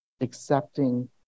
accepting